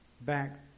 back